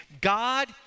God